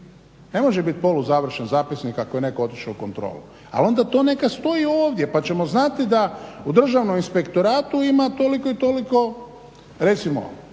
Ne može biti poluzavršen zapisnik ako je netko otišao u kontrolu ali onda to neka stoji ovdje pa ćemo znati da u državnom inspektoratu ima toliko i toliko recimo